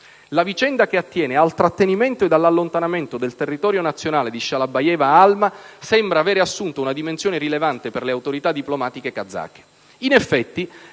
La vicenda che attiene al trattenimento ed all'allontanamento dal territorio nazionale di Shalabayeva Alma sembra aver assunto una dimensione rilevante per le autorità diplomatiche kazake.